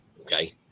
okay